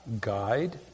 guide